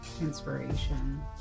inspiration